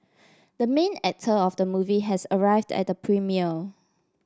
the main actor of the movie has arrived at the premiere